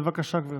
בבקשה, גברתי,